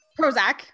prozac